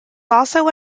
also